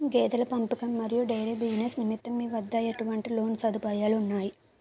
గేదెల పెంపకం మరియు డైరీ బిజినెస్ నిమిత్తం మీ వద్ద ఎటువంటి లోన్ సదుపాయాలు ఉన్నాయి?